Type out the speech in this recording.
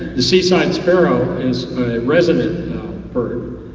the seaside sparrow is a resident bird,